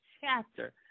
chapter